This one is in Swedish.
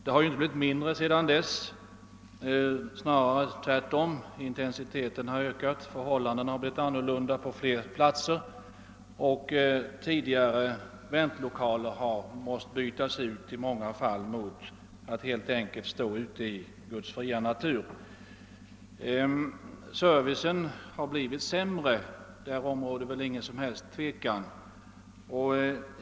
Dessa har inte blivit mindre sedan dess, utan snarare tvärtom. Intensiteten i nedläggningarna har ökat, och förhållandena på många platser har helt förändrats. Där det tidigare fanns väntlokaler får man numera ofta stå ute i Guds fria natur. Servicen har blivit sämre, därom råder inte något som helst tvivel.